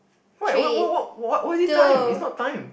why why why why wh~ why is it time it's not time